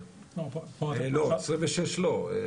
2026 לא.